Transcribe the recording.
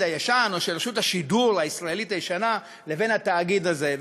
הישן או של רשות השידור הישראלית הישנה לבין התאגיד הזה.